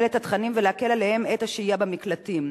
את התכנים ולהקל עליהם את השהייה במקלטים.